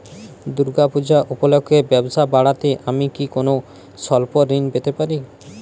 দূর্গা পূজা উপলক্ষে ব্যবসা বাড়াতে আমি কি কোনো স্বল্প ঋণ পেতে পারি?